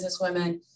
businesswomen